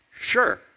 Sure